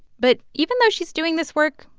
but even though she's doing this work,